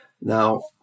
Now